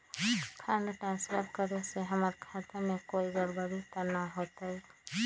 Fund transfer करे से हमर खाता में कोई गड़बड़ी त न होई न?